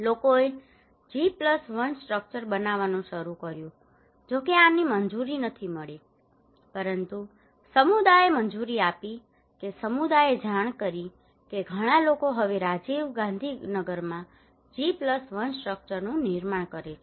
લોકોએ G 1 structure બનાવવાનું શરૂ કર્યું જોકે આને મંજૂરી નથી પરંતુ સમુદાયે મંજૂરી આપી કે સમુદાયે જાણ કરી કે ઘણા લોકો હવે રાજીવ ગાંધીનગરમાં G 1 સ્ટ્રક્ચરનું નિર્માણ કરે છે